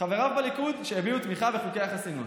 חבריו בליכוד שהביעו תמיכה בחוקי החסינות?